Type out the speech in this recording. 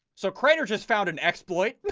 so crater. just found an exploit